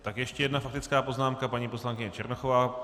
Tak ještě jedna faktická poznámka, paní poslankyně Černochová.